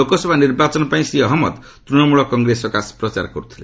ଲୋକସଭା ନିର୍ବାଚନ ପାଇଁ ଶ୍ରୀ ଅହମ୍ମଦ ତୂଣମ୍ରଳ କଂଗ୍ରେସ ସକାଶେ ପ୍ରଚାର କରୁଥିଲା